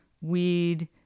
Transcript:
weed